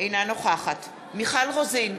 אינה נוכחת מיכל רוזין,